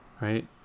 Right